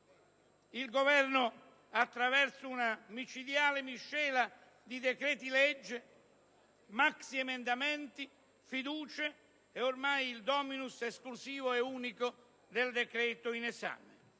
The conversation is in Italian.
Il Governo, attraverso una micidiale miscela di decreti-legge, maxiemendamenti e fiducie, è ormai il *dominus* esclusivo e unico del decreto in esame.